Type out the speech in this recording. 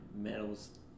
medals